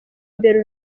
imbere